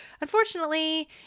Unfortunately